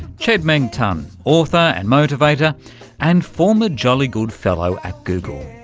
chade-meng tan, author and motivator and former jolly good fellow at google.